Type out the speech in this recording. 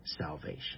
salvation